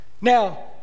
now